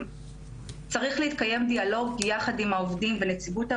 צריך להתקיים דיאלוג יחד עם העובדים ונציגות העובדים.